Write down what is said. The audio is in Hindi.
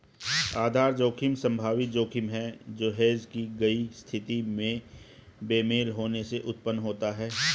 आधार जोखिम संभावित जोखिम है जो हेज की गई स्थिति में बेमेल होने से उत्पन्न होता है